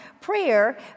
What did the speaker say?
prayer